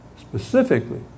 specifically